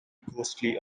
ghostly